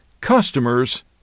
customers